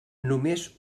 només